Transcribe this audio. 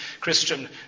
Christian